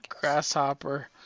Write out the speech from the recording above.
grasshopper